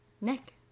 Nick